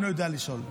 ושאינו יודע לשאול.